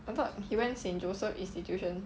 I thought he went saint joseph institution